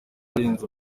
arenze